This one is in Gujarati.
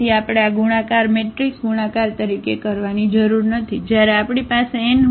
તેથી આપણે આ ગુણાકાર મેટ્રિક્સ ગુણાકાર તરીકે કરવાની જરૂર નથી જ્યારે આપણી પાસે n હોય